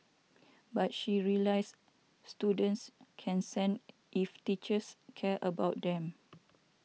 but she realised students can sense if teachers care about them